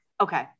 Okay